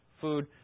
food